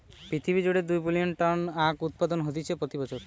পৃথিবী জুড়ে দুই বিলিয়ন টন আখউৎপাদন হতিছে প্রতি বছর